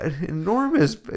enormous